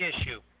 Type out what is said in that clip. issue